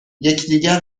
یکدیگر